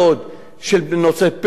בנושא פשע, אלימות.